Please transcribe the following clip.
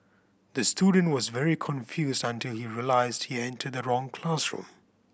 the student was very confused until he realised he entered the wrong classroom